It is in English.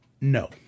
no